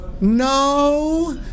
no